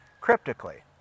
cryptically